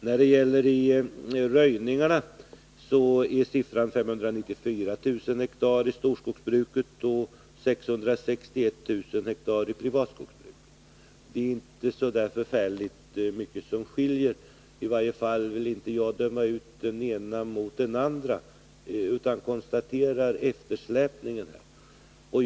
När det gäller röjningarna är siffrorna 594 000 hektar i storskogsbruket och 661 000 hektar i privatskogsbruket. Det är alltså inte så förfärligt mycket som skiljer mellan de båda skogsbruken, och i varje fall jag vill inte döma ut det ena för det andra, utan jag konstaterar bara vad som redovisas i fråga om eftersläpningen.